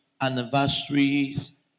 anniversaries